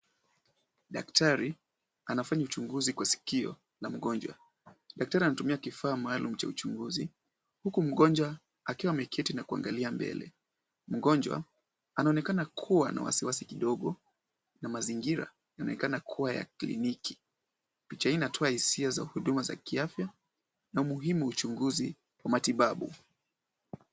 Daktari anafanya uchunguzi kwa sikio la mgonjwa. Daktari anatumia kifaa maalum cha uchunguzi huku mgonjwa akiwa ameketi na kuangalia mbele. Mgonjwa anaonekana kuwa na wasiwasi kidogo, na mazingira yanaonekana kuwa ya kliniki. Picha hii inatoa hisia za huduma za kiafya na umuhimu wa uchunguzi wa matibabu.